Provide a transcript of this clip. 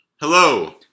Hello